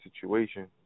situation